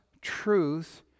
truth